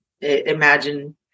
Imagine